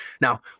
Now